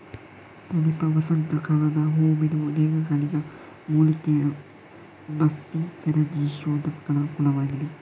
Tulipa ವಸಂತ ಕಾಲದಲ್ಲಿ ಹೂ ಬಿಡುವ ದೀರ್ಘಕಾಲಿಕ ಮೂಲಿಕೆಯ ಬಲ್ಬಿಫೆರಸ್ಜಿಯೋಫೈಟುಗಳ ಕುಲವಾಗಿದೆ